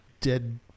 dead